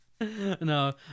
No